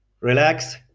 Relax